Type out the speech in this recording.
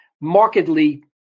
markedly